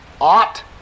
ought